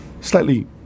slightly